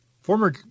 Former